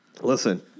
Listen